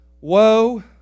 Woe